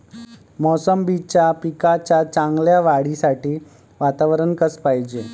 मोसंबीच्या पिकाच्या चांगल्या वाढीसाठी वातावरन कस पायजे?